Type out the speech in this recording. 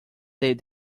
del